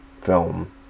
film